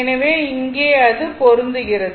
எனவே இங்கே அது பொருந்துகிறது